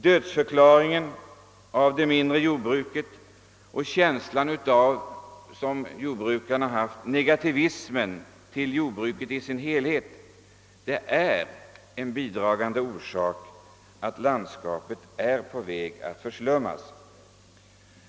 Dödförklaringen av det mindre jordbruket och jordbrukarnas känsla av en negativ inställning till jordbruket i dess helhet är bidragande orsaker till att landskapet är på väg att förslummas.